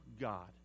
God